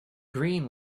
green